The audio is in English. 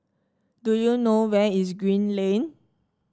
do you know where is Green Lane